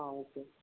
okay